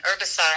herbicide